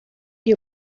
die